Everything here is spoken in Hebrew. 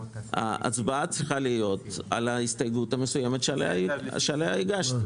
ההצבעה צריכה להיות על ההסתייגות המסוימת שעליה הגשתי.